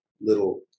little